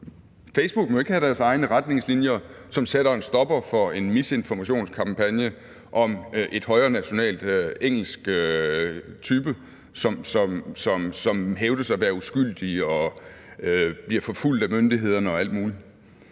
Facebook må ikke have deres egne retningslinjer, som sætter en stopper for en misinformationskampagne om en højrenational engelsk type, som hævdes at være uskyldig og bliver forfulgt af myndighederne og alt muligt.